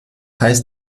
heißt